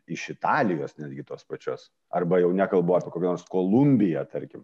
iš italijos netgi tos pačios arba jau nekalbu apie kokią nors kolumbiją tarkim